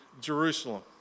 Jerusalem